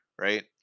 right